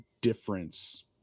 difference